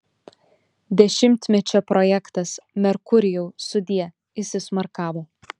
dešimtmečio projektas merkurijau sudie įsismarkavo